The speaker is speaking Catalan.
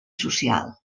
social